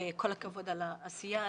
כל הכבוד על העשייה,